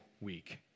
week